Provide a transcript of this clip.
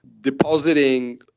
depositing